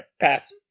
pass